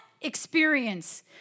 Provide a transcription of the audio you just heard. Experience